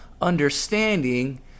understanding